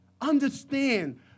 understand